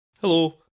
Hello